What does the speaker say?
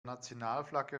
nationalflagge